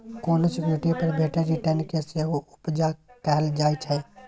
कोनो सिक्युरिटी पर भेटल रिटर्न केँ सेहो उपजा कहल जाइ छै